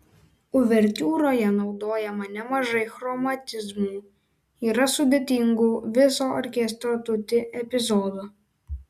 uvertiūroje naudojama nemažai chromatizmų yra sudėtingų viso orkestro tutti epizodų